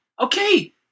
Okay